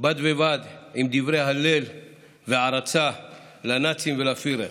בד בבד עם דברי הלל והערצה לנאצים ולפיהרר.